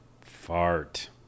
Fart